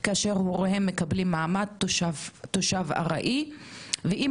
כאשר הוריהם מקבלים מעמד תושב ארעי ואם